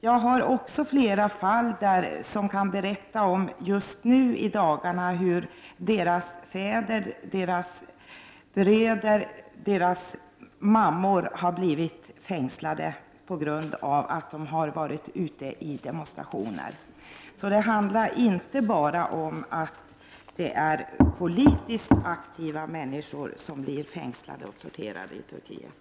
Jag har exempel på människor som kan berätta hur deras fäder, bröder eller mammor i dagarna har blivit fängslade på grund av att de har demonstrerat. Det är alltså inte bara politiskt aktiva människor som blir fängslade och torterade i Turkiet.